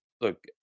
Look